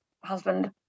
husband